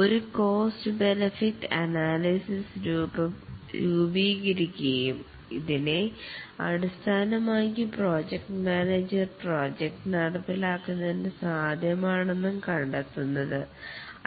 ഒരു cost benefit analysis രൂപീകരിക്കുകയും ഇതിനെ അടിസ്ഥാനമാക്കി പ്രോജക്ട് മാനേജർ പ്രോജക്ട് നടപ്പിലാക്കുന്നത് സാധ്യമാണെന്ന് കണ്ടെത്തുന്നത്